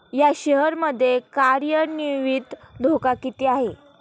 या शेअर मध्ये कार्यान्वित धोका किती आहे?